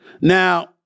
Now